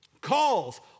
calls